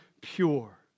pure